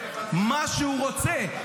מה שהוא רוצה,